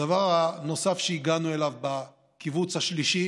הדבר הנוסף שהגענו אליו בכיווץ השלישי